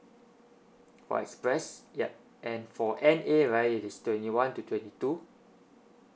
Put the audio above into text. for express yup and for N_A right it is twenty one to twenty two